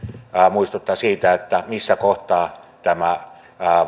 muistuttaa siitä missä kohtaa tämä